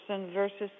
versus